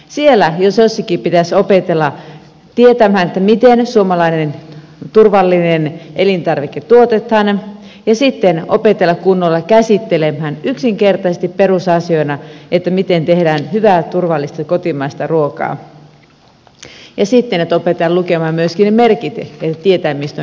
siellä jos jossakin pitäisi opetella tietämään miten suomalainen turvallinen elintarvike tuotetaan ja sitten opetella kunnolla käsittelemään yksinkertaisesti perusasioina miten tehdään hyvää turvallista kotimaista ruokaa ja sitten opetella lukemaan myöskin ne merkit että tietää mistä on kyse